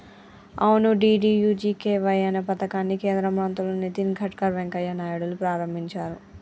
అవును డి.డి.యు.జి.కే.వై అనే పథకాన్ని కేంద్ర మంత్రులు నితిన్ గడ్కర్ వెంకయ్య నాయుడులు ప్రారంభించారు